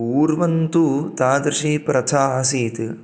पूर्वं तु तादृशी प्रथा आसीत्